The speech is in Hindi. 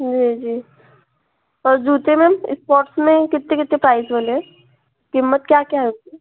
जी जी और जूते मैम इस्पोट्स में कितने कितने प्राइज़ वाले हैं कीमत क्या क्या है उसकी